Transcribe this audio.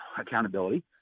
accountability